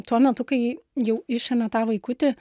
tuo metu kai jau išėmė tą vaikutį